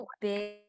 big